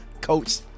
coach